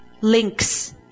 Links